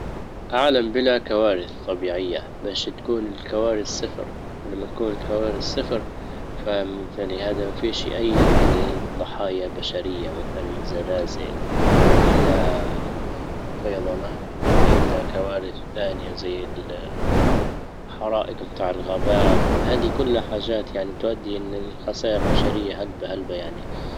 عالم بلا كوارث طبيعية باش تكون الكوارث صفر ولما تكون الكوارث صفر فمـ- فلهذا ما فيش اي يعني ضحايا بشرية. مثلا زلازل والا فيضانات والا كوارث ثانية زي حرائق متاع الغابات. هادي كلها حاجات يعني تؤدي ان الخساير البشرية هلبه هلبة يعني